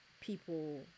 people